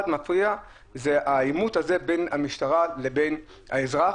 מפריע העימות הזה בין המשטרה לבין האזרח.